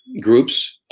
groups